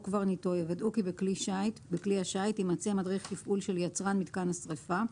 קברניטו יוודאו כי בכלי השיט יימצא מדריך תפעול של יצרן מיתקן השריפה,